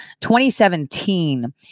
2017